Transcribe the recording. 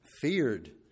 feared